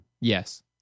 Yes